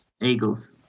Eagles